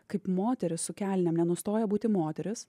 kaip moteris su kelnėm nenustoja būti moteris